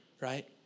right